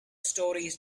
stories